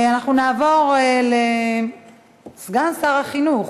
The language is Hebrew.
אנחנו נעבור לסגן שר החינוך,